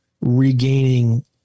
regaining